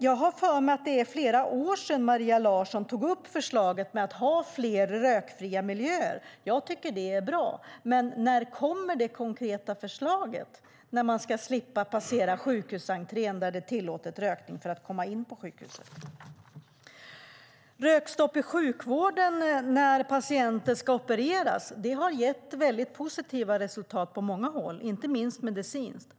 Jag har för mig att det är flera år sedan Maria Larsson tog upp förslaget att ha fler rökfria miljöer. Jag tycker att det är bra, men när kommer det konkreta förslaget? När ska man slippa passera en sjukhusentré där rökning är tillåten för att komma in på sjukhuset? Rökstopp i sjukvården när patienten ska opereras har gett väldigt positiva resultat på många håll, inte minst medicinskt.